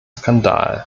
skandal